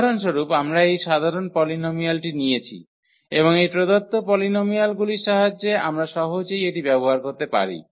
উদাহরণস্বরূপ আমরা এই সাধারণ পলিনোমিয়ালটি নিয়েছি এবং এই প্রদত্ত পলিনোমিয়ালগুলির সাহায্যে আমরা সহজেই এটি ব্যবহার করতে পারি